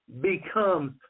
becomes